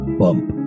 bump